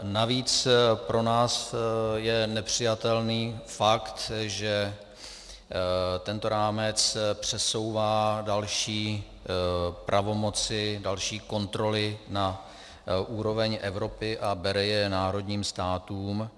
Navíc pro nás je nepřijatelný fakt, že tento rámec přesouvá další pravomoci, další kontroly na úroveň Evropy a bere je národním státům.